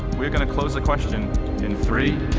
we're going to close the question in three,